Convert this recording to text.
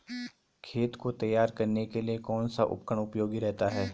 खेत को तैयार करने के लिए कौन सा उपकरण उपयोगी रहता है?